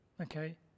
okay